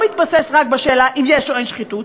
מתבסס רק על השאלה אם יש או אין שחיתות,